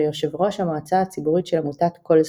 וכיו"ר המועצה הציבורית של עמותת "כל זכות".